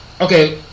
okay